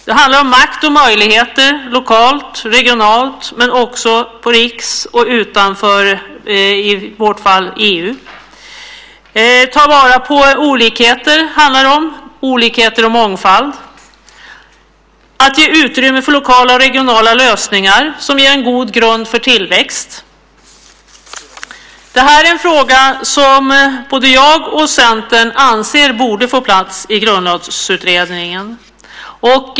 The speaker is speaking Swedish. Det handlar om makt och möjligheter, regionalt, lokalt men också på riksnivå och utanför, i vårt fall i EU. Det handlar om att ta vara på olikheter och mångfald, att ge utrymme för lokala och regionala lösningar som ger en god grund för tillväxt. Det här är en fråga som både jag och Centern anser borde få plats i Grundlagsutredningen.